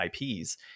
IPs